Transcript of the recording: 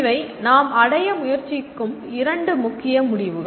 இவை நாம் அடைய முயற்சிக்கும் இரண்டு முக்கிய முடிவுகள்